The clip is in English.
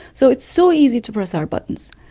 so it's so easy to press our buttons.